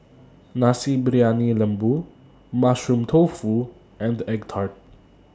Nasi Briyani Lembu Mushroom Tofu and Egg Tart